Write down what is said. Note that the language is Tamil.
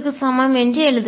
க்கு சமம் என்று எழுதுங்கள்